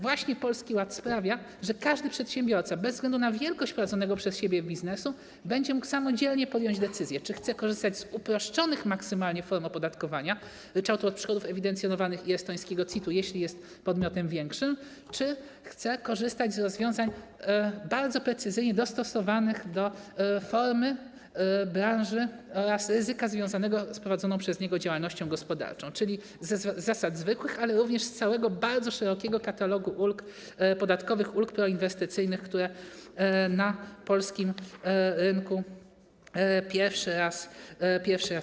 Właśnie Polski Ład sprawia, że każdy przedsiębiorca bez względu na wielkość wprowadzonego przez siebie biznesu będzie mógł samodzielnie podjąć decyzję, czy chce korzystać z maksymalnie uproszczonych form opodatkowania, ryczałtu od przychodów ewidencjonowanych i estońskiego CIT-u, jeśli jest podmiotem większym, czy chce korzystać z rozwiązań bardzo precyzyjnie dostosowanych do formy, branży oraz ryzyka związanego z prowadzoną przez niego działalnością gospodarczą, czyli z zasad zwykłych, ale również z całego bardzo szerokiego katalogu ulg podatkowych, ulg proinwestycyjnych, które na polskim rynku pojawią się pierwszy raz.